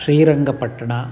Srirangapatna